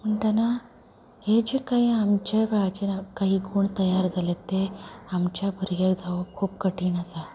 म्हणटना हें जें कांयी आमच्या वेळाचेर आमकां हे कोण तयार केलें तें आमचें भुरगें जावप खूब कठीण आसा